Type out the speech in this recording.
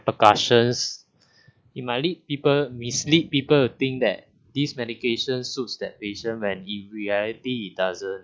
repercussion it might lead people mislead people to think that these medications suits that patient when in reality it doesn't